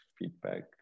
feedback